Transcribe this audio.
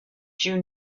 due